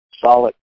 solid